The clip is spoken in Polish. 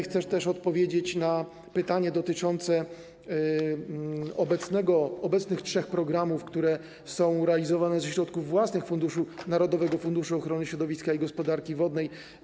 Chcę też odpowiedzieć na pytanie dotyczące obecnych trzech programów, które są realizowane ze środków własnych Narodowego Funduszu Ochrony Środowiska i Gospodarki Wodnej.